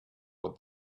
what